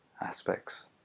aspects